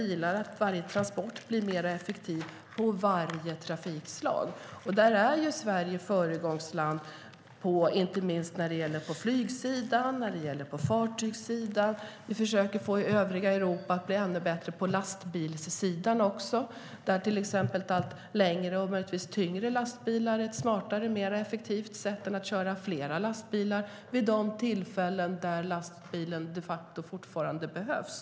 Det handlar om att varje transport blir mer effektiv i varje trafikslag. Där är Sverige ett föregångsland, inte minst på flygsidan och fartygssidan. Vi försöker få övriga Europa att bli ännu bättre på lastbilssidan också. Till exempel är det smartare och mer effektivt med längre och möjligtvis tyngre lastbilar än att köra flera lastbilar vid de tillfällen då lastbilen de facto fortfarande behövs.